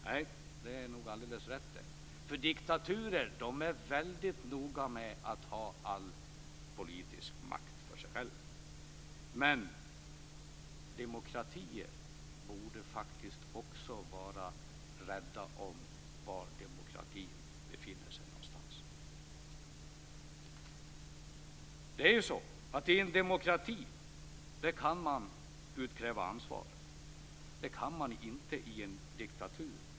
Nej, det är nog alldeles rätt, för diktaturer är väldigt noga med att ha all politisk makt för sig själva. Men demokratier borde faktiskt vara rädda om och se var demokratin befinner sig någonstans. I demokratier kan man utkräva ett ansvar, men det kan man inte i en diktatur.